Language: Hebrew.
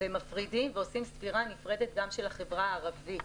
ומפרידים ועושים ספירה נפרדת גם של החברה הערבית.